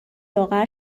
لاغر